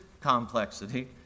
complexity